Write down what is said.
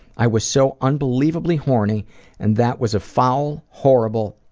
i was so unbelievably horny and that was a foul, horrible,